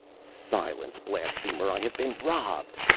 silence, blasphemer! i have been robbed!